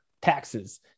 Taxes